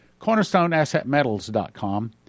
Cornerstoneassetmetals.com